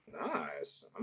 Nice